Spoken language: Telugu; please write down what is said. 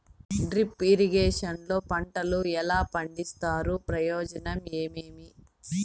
డ్రిప్ ఇరిగేషన్ లో పంటలు ఎలా పండిస్తారు ప్రయోజనం ఏమేమి?